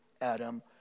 Adam